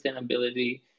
sustainability